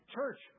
Church